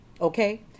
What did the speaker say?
Okay